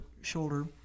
shoulder